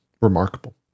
remarkable